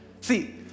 See